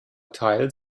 teil